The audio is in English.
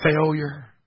failure